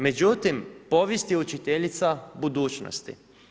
Međutim, povijest je učiteljica budućnosti.